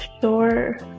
Sure